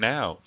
Now